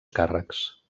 càrrecs